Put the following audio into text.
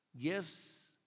gifts